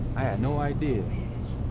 i had no idea.